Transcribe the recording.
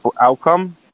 outcome